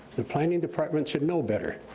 the planning department should know better.